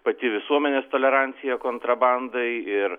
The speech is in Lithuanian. pati visuomenės tolerancija kontrabandai ir